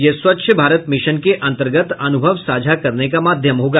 यह स्वच्छ भारत मिशन के अंतर्गत अनुभव साझा करने का माध्यम होगा